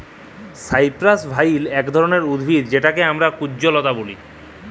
cypress vine ইক ধরলের উদ্ভিদ যেটকে আমরা কুল্জলতা ব্যলে